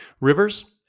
Rivers